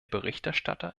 berichterstatter